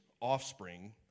offspring